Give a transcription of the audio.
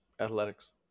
Athletics